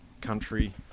country